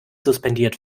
suspendiert